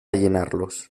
llenarlos